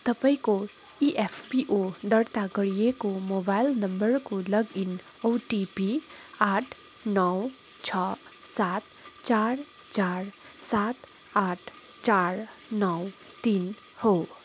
तपाईँँको इएफपिओ दर्ता गरिएको मोबाइल नम्बरको लगइन ओटिपी आठ नौ छ सात चार चार सात आठ चार नौ तिन हो